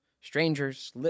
strangers